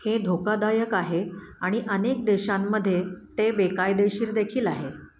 हे धोकादायक आहे आणि अनेक देशांमध्ये ते बेकायदेशीर देखील आहे